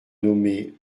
nommé